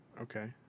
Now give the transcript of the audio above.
Okay